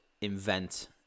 invent